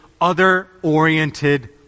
other-oriented